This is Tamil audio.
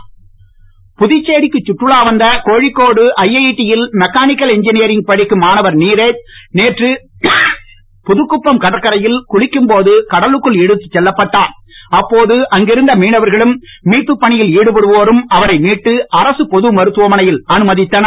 சுற்றுலா பயணி புதுச்சேரிக்கு சுற்றுலா வந்த கோழிக்கோடு ஐஐடியில் மெக்கானிக்கல் இன்ஜினியரிங் படிக்கும் மாணவர் நீரக் நேற்று புதுக்குப்பம் கடற்கரையில் குளிக்கும் போது கடலுக்குள் இழுத்துச் செல்லப்பட்டார் அப்போது அங்கிருந்த மீனவர்களும் மீட்பு பணியில் ஈடுபடுவோரும் அவரை மீட்டு அரசு பொது மருத்துவமனையில் அனுமதித்தனர்